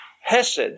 Hesed